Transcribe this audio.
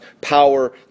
power